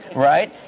right?